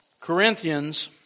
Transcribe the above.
Corinthians